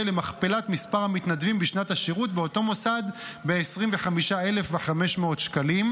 למכפלת מספר המתנדבים בשנת השירות באותו מוסד ב-25,500 שקלים,